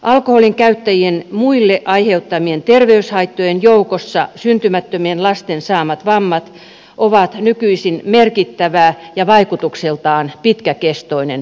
alkoholinkäyttäjien muille aiheuttamien terveyshaittojen joukossa syntymättömien lasten saamat vammat ovat nykyisin merkittävä ja vaikutuksiltaan pitkäkestoinen ryhmä